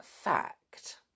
fact